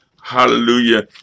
Hallelujah